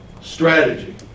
strategy